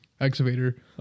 excavator